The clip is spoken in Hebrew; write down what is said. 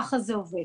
כך זה עובד.